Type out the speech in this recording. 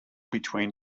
between